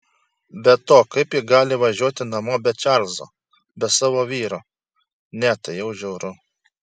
be to kaip ji gali važiuoti namo be čarlzo be savo vyro ne tai jau žiauru